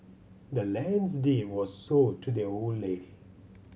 the land's deed was sold to the old lady